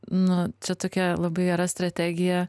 nu čia tokia labai gera strategija